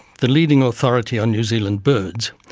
the leading authority on new zealand birds,